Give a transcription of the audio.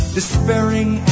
Despairing